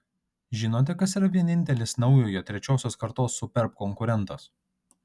žinote kas yra vienintelis naujojo trečiosios kartos superb konkurentas